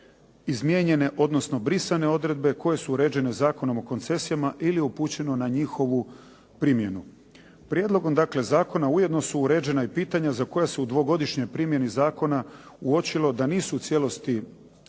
izmijenjene odnosno izbrisane odredbe koje su uređene Zakonom o koncesijama ili upućeno na njihovu primjenu. Prijedlogom zakona ujedno su uređena i pitanja za koja su u dvogodišnjoj primjeni zakona uočilo da nisu u cijelosti